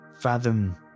fathom